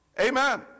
Amen